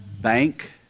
bank